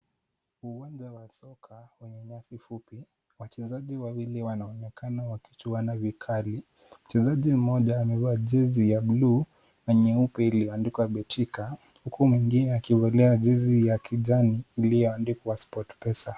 Uwanja wa soka wenye nyasi fupi wachezaji wawili wanaonekana wakichuana vikali, mchezaji mmoja amevaa jezi ya bluu na nyeupe iliyoandikwa betika huku mwengine akivalia jezi ya kijani iliyoandikwa sportpesa.